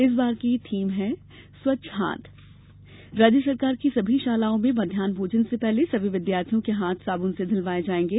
इस बार की थीम स्वच्छ हाथ है आज राज्य की सभी शालाओं में मध्याह भोजन से पहले सभी विद्यार्थियों के हाथ साब्न से ध्वलवाए जाएंगे